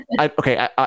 Okay